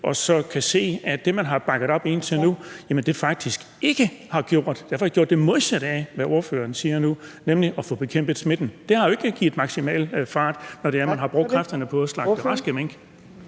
at kunne se, at det, man indtil nu har bakket op, faktisk har gjort det modsatte af, hvad ordføreren siger nu, nemlig at få bekæmpet smitten. Det har jo ikke givet en maksimal fart på det, når man har brugt kræfterne på at slagte raske mink.